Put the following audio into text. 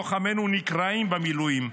לוחמנו נקרעים במילואים,